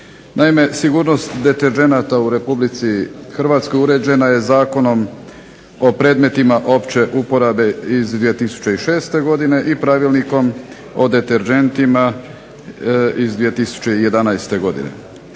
Naime, sigurnost deterdženata u Republici Hrvatskoj uređena je Zakonom o predmetima opće uporabe iz 2006. godine i Pravilnikom o deterdžentima iz 2011. godine.